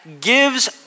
gives